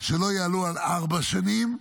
שלא יעלו על ארבע שנים.